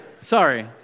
Sorry